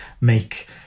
make